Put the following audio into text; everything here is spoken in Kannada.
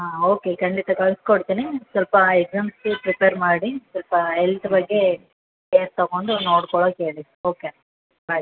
ಹಾಂ ಓಕೆ ಖಂಡಿತ ಕಳಿಸ್ಕೊಡ್ತೀನಿ ಸ್ವಲ್ಪ ಎಕ್ಸಾಮ್ಸ್ಗೆ ಪ್ರಿಪೇರ್ ಮಾಡಿ ಸ್ವಲ್ಪ ಎಲ್ತ್ ಬಗ್ಗೆ ಕೇರ್ ತಗೊಂಡು ನೋಡ್ಕೊಳಕ್ಕೆ ಹೇಳಿ ಓಕೆ ಬಾಯ್